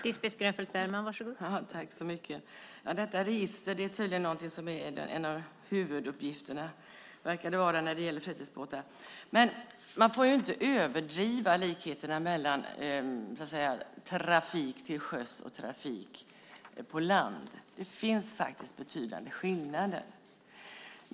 Fru talman! Detta register verkar vara en av huvuduppgifterna när det gäller fritidsbåtar. Man får inte överdriva likheterna mellan trafik till sjöss och trafik på land. Det finns betydande skillnader.